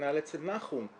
כנ"ל אצל נחום,